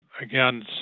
again